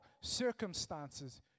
circumstances